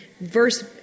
verse